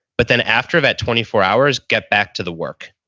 but then after that twenty four hours, get back to the work.